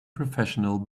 professional